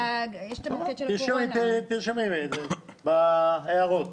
תרשמי בהערות.